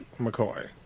mccoy